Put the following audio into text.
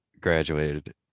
graduated